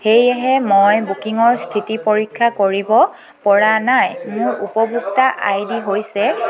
সেয়েহে মই বুকিঙৰ স্থিতি পৰীক্ষা কৰিব পৰা নাই মোৰ উপভোক্তা আই ডি হৈছে